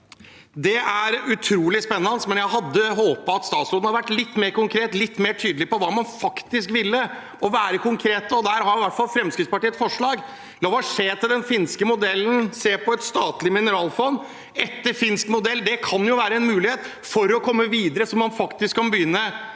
Det er utrolig spennende, men jeg hadde håpet at statsråden kunne være litt mer konkret og litt mer tydelig om hva man faktisk ville. Der har i hvert fall Fremskrittspartiet et forslag: La oss se til den finske modellen og se på et statlig mineralfond etter finsk modell. Det kan jo være en mulighet for å komme videre, så man faktisk kan begynne